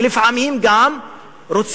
ולפעמים גם רוצים,